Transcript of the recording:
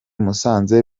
musanze